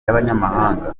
y’abanyamahanga